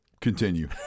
continue